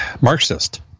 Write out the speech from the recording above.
Marxist